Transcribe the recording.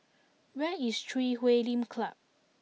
where is Chui Huay Lim Club